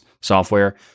software